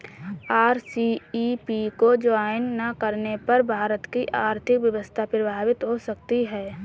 RCEP को join ना करने पर भारत की आर्थिक व्यवस्था प्रभावित हो सकती है